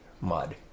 mud